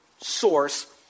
source